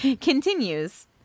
continues